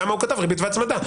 למה הוא כתב ריבית והצמדה?